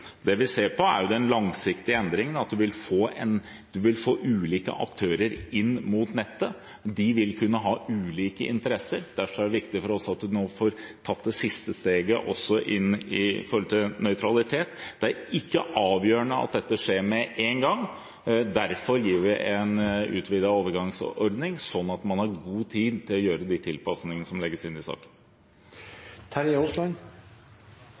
Det vi ser på, er den langsiktige endringen, at man vil få ulike aktører inn mot nettet. De vil kunne ha ulike interesser, og derfor er det viktig for oss at man nå også får tatt det siste steget, som gjelder nøytralitet. Det er ikke avgjørende at dette skjer med en gang, og derfor gir vi en utvidet overgangsordning, sånn at man har god tid til å gjøre de tilpasningene som ligger i